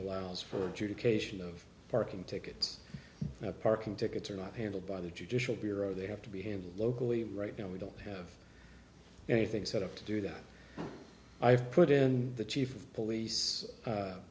cation of parking tickets parking tickets are not handled by the judicial bureau they have to be handled locally right now we don't have anything set up to do that i've put in the chief of police